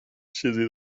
چیزی